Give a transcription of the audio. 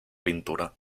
pintura